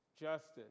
justice